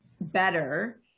better